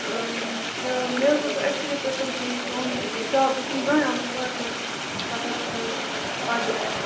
یہِ مےٚ حٲز اوس ایٚکچُولی پرٕژُھن کہِ تُہُند شاپ بہٕ چَھس نہٕ زٕہٕنۍ آمٕژ اور تہٕ کَتَیٚتھ چھُ کَتھ جایہِ